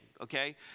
Okay